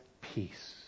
peace